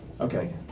Okay